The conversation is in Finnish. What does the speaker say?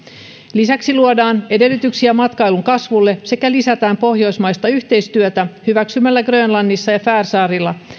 lisäksi luodaan edellytyksiä matkailun kasvulle sekä lisätään pohjoismaista yhteistyötä hyväksymällä grönlannissa ja färsaarilla